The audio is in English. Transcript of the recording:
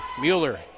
Mueller